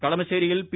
കളമശ്ശേരിയിൽ P